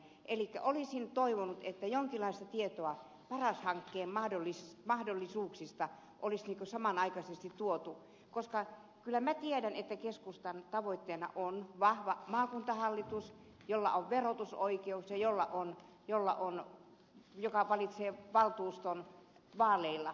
elikkä olisin toivonut että jonkinlaista tietoa paras hankkeen mahdollisuuksista olisi samanaikaisesti tuotu koska kyllä minä tiedän että keskustan tavoitteena on vahva maakuntahallitus jolla on verotusoikeus ja joka valitsee valtuuston vaaleilla